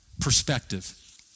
perspective